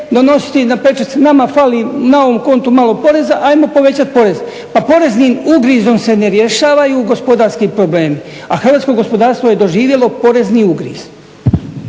donositi naprečac. Nama fali na ovom kontu malo poreza, ajmo povećati poreze. Pa poreznim ugrizom se ne rješavaju gospodarski problemi. A hrvatsko gospodarstvo je doživjelo porezni ugriz.